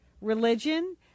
Religion